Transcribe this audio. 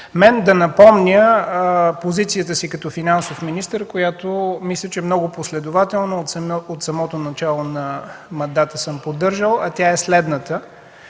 за да напомня позицията си като финансов министър, която мисля, че много последователно още от самото начало на мандата съм поддържал, а тя е следната: